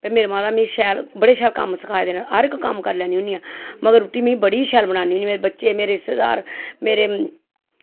ते मेरी माता ने मिगी शैल बड़े शैल कम्म सखाए दे न हर इक्क कम्म करी लैन्नी होन्नी आं मगर में रुट्टी बड़ी शैल बनानी होनी मेरे रिश्तेदार मेरे